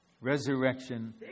resurrection